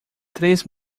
três